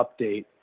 update